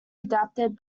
adapted